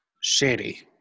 Shady